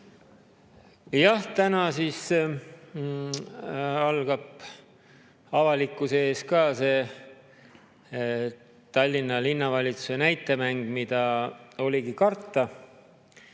Jah, täna algab avalikkuse ees ka see Tallinna Linnavalitsuse näitemäng, mida oligi karta.